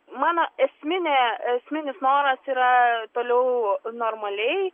mano esminė esminis noras yra toliau normaliai